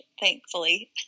thankfully